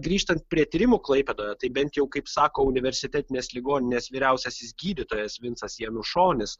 grįžtant prie tyrimų klaipėdoje tai bent jau kaip sako universitetinės ligoninės vyriausiasis gydytojas vinsas janušonis